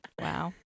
Wow